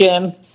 Jim